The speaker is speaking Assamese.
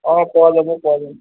অ পোৱা যাব পোৱা যাব